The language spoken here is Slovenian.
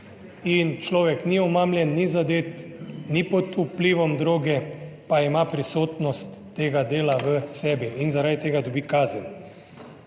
In človek ni osamljen, ni zadet, ni pod vplivom droge, pa ima prisotnost tega dela v sebi in zaradi tega dobi kazen.